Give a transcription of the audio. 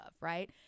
right